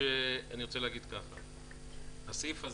הסעיף הזה,